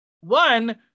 one